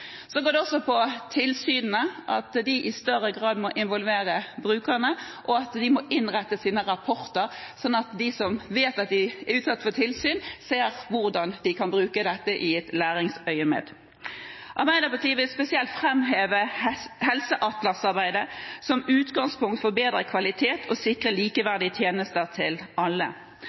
går også på tilsynene, at de i større grad må involvere brukerne, og at de må innrette sine rapporter sånn at de som vet at de er utsatt for tilsyn, ser hvordan de kan bruke dette i læringsøyemed. Arbeiderpartiet vil spesielt framheve helseatlasarbeidet som utgangspunkt for å bedre kvaliteten og å sikre likeverdige tjenester til alle.